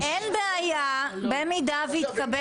במידה והתקבל